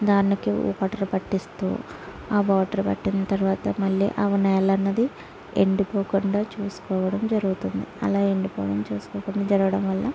దానికి పట్టిస్తూ ఆ వాటర్ పట్టిన తర్వాత మళ్లీ ఆ నేలన్నది ఎండిపోకుండా చూసుకోవడం జరుగుతుంది అలా ఎండిపోకుండా చూసుకోవడం జరగడం వల్ల